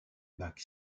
bac